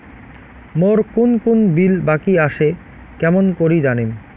মোর কুন কুন বিল বাকি আসে কেমন করি জানিম?